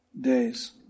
days